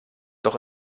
doch